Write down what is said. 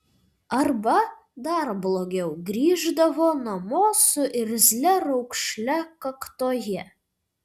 arba dar blogiau grįždavo namo su irzlia raukšle kaktoje